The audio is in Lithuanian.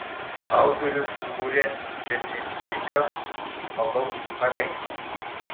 autorius sukūrė beprincipio žmogaus paveikslą